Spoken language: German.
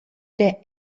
der